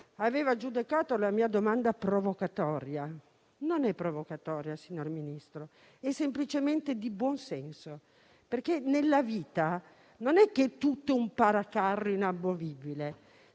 aveva giudicato la mia domanda provocatoria. Non è provocatoria, signor Ministro, ma semplicemente di buon senso. Nella vita, infatti, non tutto è un paracarro inamovibile.